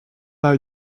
pas